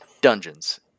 dungeons